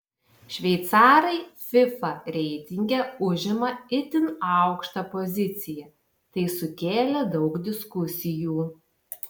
šveicarai fifa reitinge užima itin aukštą poziciją tai sukėlė daug diskusijų